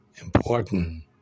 important